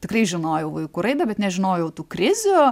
tikrai žinojau vaikų raidą bet nežinojau tų krizių